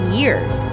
years